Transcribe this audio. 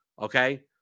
okay